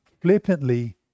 flippantly